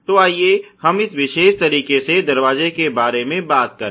तो आइए हम इस विशेष तरीके से दरवाजे के बारे में बात करें